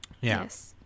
Yes